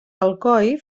alcoi